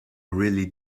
really